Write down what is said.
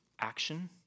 action